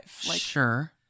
Sure